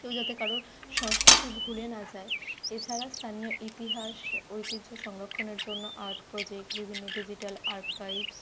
কেউ যাতে কারোর সংস্কৃতি ভুলে না যায় এছাড়া স্থানীয় ইতিহাস ঐতিহ্য সংরক্ষণের জন্য আর্ট প্রজেক্ট বিভিন্ন ডিজিটাল আর্কাইভস